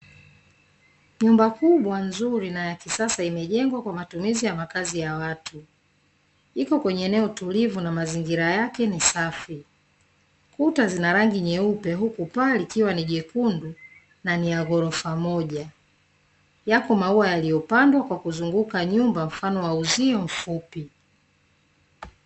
Nyumba kubwa nzuri na ya kisasa imejengwa kwa matumizi ya makazi ya watu iko kwenye eneo utulivu na mazingira yake ni safi na rangi nyeupe huku paa likiwa ni jekundu na ni ya ghorofa moja yaliyopandwa kwa kuzunguka nyumba mfano wa uzio mfupi.